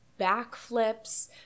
backflips